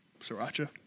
Sriracha